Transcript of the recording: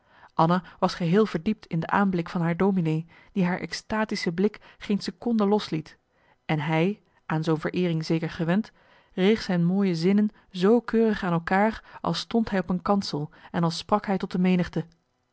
anna was geheel verdiept in de aanblik van haar dominee die haar extatische blik geen seconde losliet en hij aan zoo'n vereering zeker gewend reeg zijn mooie zinnen zoo keurig aan elmarcellus emants een nagelaten bekentenis kaar als stond hij op een kansel en als sprak hij tot de menigte